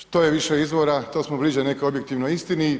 Što je više izvora to smo bliži nekoj objektivnoj istini.